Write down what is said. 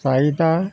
চাৰিটা